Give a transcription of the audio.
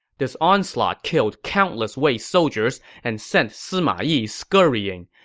this onslaught killed countless wei soldiers and sent sima yi scurrying.